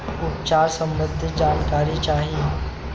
उपचार सबंधी जानकारी चाही?